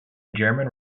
german